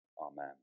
amen